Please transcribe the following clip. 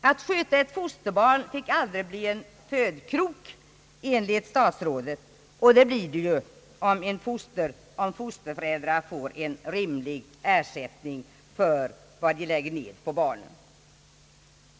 Att sköta ett fosterbarn fick aldrig bli »en födkrok» enligt statsrådet. Det riskerar det att bli om fosterföräldrar får en rimlig ersättning för den vård de ger barnen.